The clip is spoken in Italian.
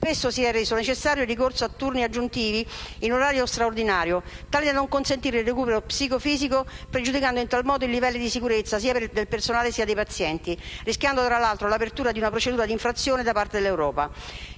spesso si è reso necessario il ricorso a turni aggiuntivi in orario straordinario, tali da non consentire il recupero psicofisico, pregiudicando in tal modo i livelli di sicurezza sia del personale sia dei pazienti, e rischiando, tra l'altro, l'apertura di una procedura di infrazione da parte dell'Unione